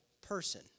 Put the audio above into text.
person